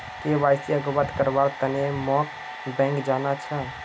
KYC अवगत करव्वार तने मोक बैंक जाना छ